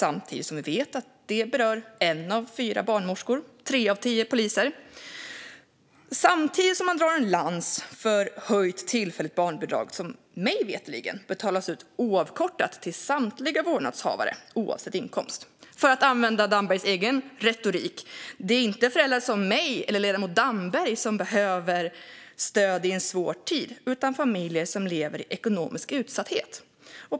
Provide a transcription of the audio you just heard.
Samtidigt vet vi att en av fyra barnmorskor och tre av tio poliser berörs av den. Man drar också en lans för tillfälligt höjt barnbidrag, som mig veterligen betalas ut oavkortat till samtliga vårdnadshavare oavsett inkomst. För att använda Dambergs egen retorik kan jag säga att det inte är föräldrar som jag eller ledamoten Damberg som behöver stöd i en svår tid utan familjer som lever i ekonomisk utsatthet.